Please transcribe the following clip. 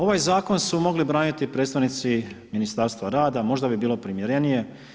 Ovaj zakon su mogli braniti predstavnici Ministarstva rada, možda bi bilo primjerenije.